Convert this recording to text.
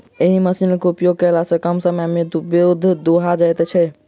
एहि मशीनक उपयोग कयला सॅ कम समय मे दूध दूहा जाइत छै